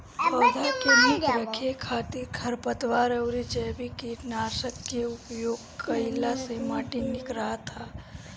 पौधा के निक रखे खातिर खरपतवार अउरी जैविक कीटनाशक के उपयोग कईला से माटी निक रहत ह